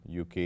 UK